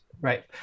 Right